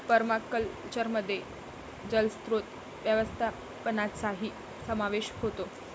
पर्माकल्चरमध्ये जलस्रोत व्यवस्थापनाचाही समावेश होतो